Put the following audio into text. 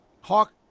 hawk